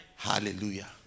Hallelujah